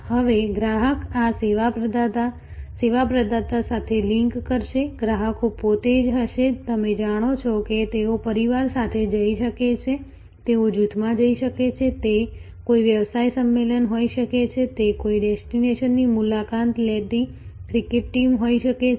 હવે ગ્રાહક આ સેવા પ્રદાતા સાથે લિંક કરશે ગ્રાહકો પોતે જ હશે તમે જાણો છો કે તેઓ પરિવાર સાથે જઈ શકે છે તેઓ જૂથમાં જઈ શકે છે તે કોઈ વ્યવસાય સંમેલન હોઈ શકે છે તે કોઈ ડેસ્ટિનેશનની મુલાકાત લેતી ક્રિકેટ ટીમ હોઈ શકે છે